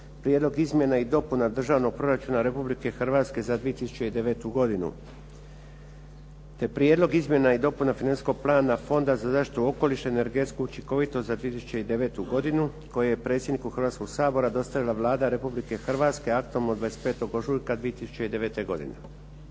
prijedlog izmjena i dopuna Državnog proračuna Republike Hrvatske za 2009. godinu., te prijedlog izmjena i dopuna financijskog plana Fonda za zaštitu okoliša i energetsku učinkovitost za 2009. godinu koji je predsjedniku Hrvatskog sabora dostavila Vlada Republike Hrvatske aktom od 25. ožujka 2009. godine.